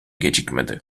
gecikmedi